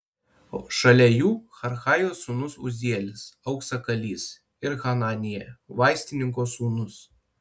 šalia jų harhajos sūnus uzielis auksakalys ir hananija vaistininko sūnus